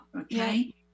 okay